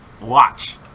Watch